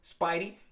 Spidey